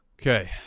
Okay